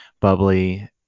bubbly